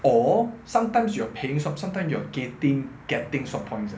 or sometimes you are paying som~ sometime you're getting getting swap points eh